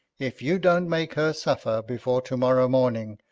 if you don't make her suffer before to-morrow-morning,